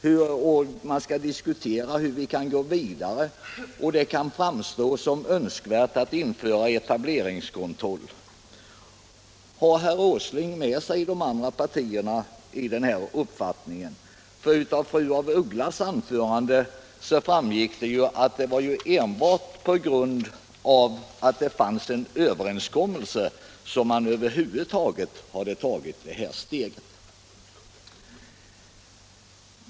Han säger att man skall diskutera hur vi kan gå vidare och medger att det kan framstå som önskvärt att införa etableringskontroll. Har herr Åsling med sig de andra partierna i denna uppfattning? Av fru af Ugglas anförande framgick det att det var enbart på grund av att det fanns en överenskommelse som man över huvud taget hade tagit det här steget.